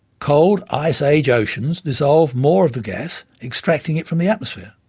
cold ice age oceans dissolved more of the gas, extracting it from the atmosphere,